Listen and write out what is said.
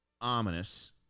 ominous